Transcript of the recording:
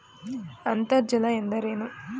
ಅಂತರ್ಜಲ ಎಂದರೇನು?